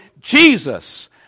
Jesus